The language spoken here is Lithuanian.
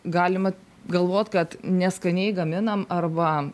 galima galvot kad neskaniai gaminam arba